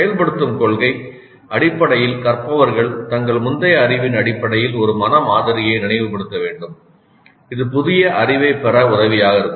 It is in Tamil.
செயல்படுத்தும் கொள்கை அடிப்படையில் கற்பவர்கள் தங்கள் முந்தைய அறிவின் அடிப்படையில் ஒரு மன மாதிரியை நினைவுபடுத்த வேண்டும் இது புதிய அறிவைப் பெற உதவியாக இருக்கும்